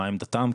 מה עמדתכם?